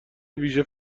ویژه